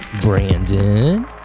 Brandon